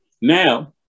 now